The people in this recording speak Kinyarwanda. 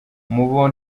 mubo